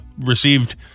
received